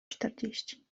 czterdzieści